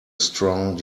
strong